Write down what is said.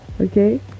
Okay